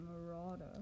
Marauder